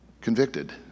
convicted